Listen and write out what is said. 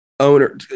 owner